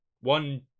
one